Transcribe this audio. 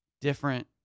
different –